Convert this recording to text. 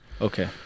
Okay